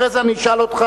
אחרי זה אני אשאל אותך,